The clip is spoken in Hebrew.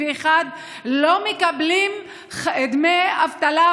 לא מקבלים דמי אבטלה,